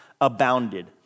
abounded